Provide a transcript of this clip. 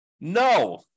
No